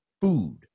food